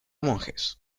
monjes